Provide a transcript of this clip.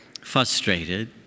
frustrated